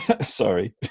Sorry